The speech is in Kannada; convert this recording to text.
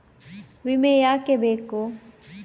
ವಿಮೆ ಯಾಕೆ ಬೇಕು?